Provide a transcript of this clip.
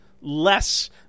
less